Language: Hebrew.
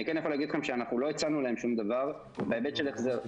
אני כן יכול להגיד לכם שאנחנו לא הצענו להם שום דבר בהיבט של החזר.